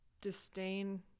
disdain